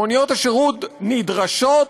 מוניות השירות נדרשות,